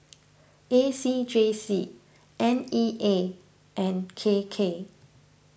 A C J C N E A and K K